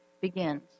begins